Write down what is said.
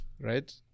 right